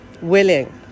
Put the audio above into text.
willing